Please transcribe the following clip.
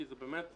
כי באמת,